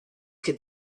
could